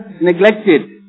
neglected